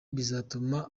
bizatuma